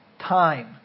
time